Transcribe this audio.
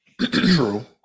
True